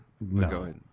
No